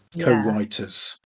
co-writers